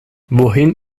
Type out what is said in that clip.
wohin